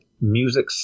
music